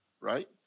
Right